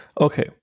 Okay